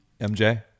MJ